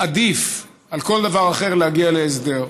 עדיף על כל דבר אחר להגיע להסדר.